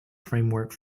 framework